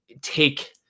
take –